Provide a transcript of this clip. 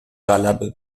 غلبه